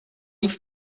líp